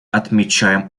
отмечаем